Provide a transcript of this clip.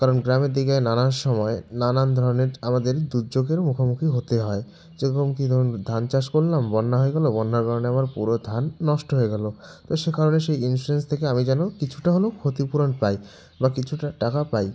কারণ গ্রামের দিকে নানান সময় নানান ধরনের আমাদের দুর্যোগের মুখোমুখি হতে হয় যেমন ধরুন ধান চাষ করলাম বন্যা হয়ে গেলো বন্যার কারণে আমার পুরো ধান নষ্ট হয়ে গেলো তো সে কারণে সেই ইন্সুরেন্স থেকে আমি যেন কিছুটা হলেও ক্ষতিপূরণ পাই বা কিছুটার টাকা পাই